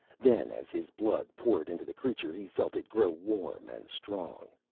then, as his blood poured into the creature he felt it grow warm and strong.